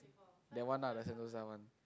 that one ah the Sentosa one